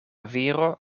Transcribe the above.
viro